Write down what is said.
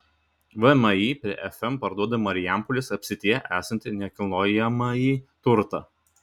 vmi prie fm parduoda marijampolės apskrityje esantį nekilnojamąjį turtą